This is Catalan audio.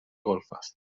golfes